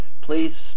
please